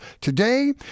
Today